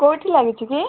କେଉଁଠି ଲାଗିଛି କି